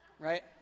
Right